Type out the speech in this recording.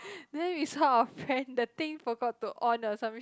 then we saw our friend the thing forgot to on or some